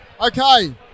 Okay